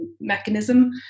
mechanism